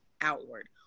outward